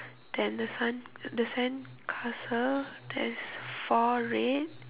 then the sand the sandcastle there's four red